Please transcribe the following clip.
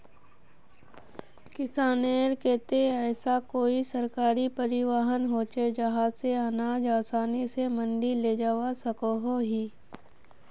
किसानेर केते ऐसा कोई सरकारी परिवहन होचे जहा से अनाज आसानी से मंडी लेजवा सकोहो ही?